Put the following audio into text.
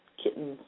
kitten